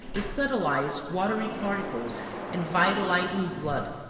the subtilised watery particles and vitalising blood,